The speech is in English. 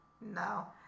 No